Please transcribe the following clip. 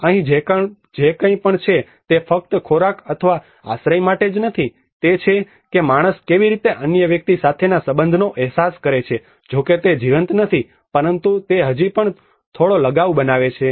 અહીં જે કંઈ પણ તે ફક્ત ખોરાક અથવા આશ્રય માટે જ નથી તે છે કે માણસ કેવી રીતે અન્ય વ્યક્તિ સાથેના સંબંધનો અહેસાસ કરે છે જો કે તે જીવંત નથી પરંતુ તે હજી પણ થોડો લગાવ બનાવે છે